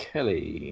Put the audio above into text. Kelly